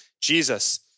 Jesus